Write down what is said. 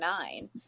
nine